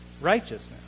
righteousness